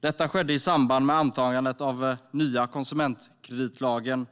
Detta skedde i samband med antagandet av den nya konsumentkreditlagen,